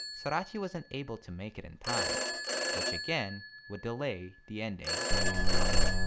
sorachi wasn't able to make it in time which again would delay the ending of gintama.